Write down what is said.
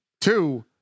Two